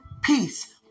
peace